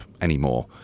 anymore